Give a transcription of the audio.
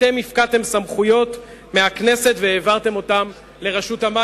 אתם הפקעתם סמכויות מהכנסת והעברתם אותן לרשות המים.